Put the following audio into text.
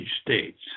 states